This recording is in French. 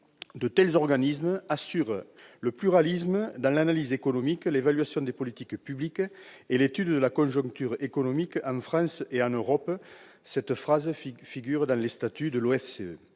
publiques, assurent « le pluralisme dans l'analyse économique, l'évaluation des politiques publiques et l'étude de la conjoncture économique, en France et en Europe », comme l'indiquent les statuts de l'OFCE.